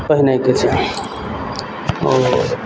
पहिनयके छै आओर